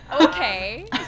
okay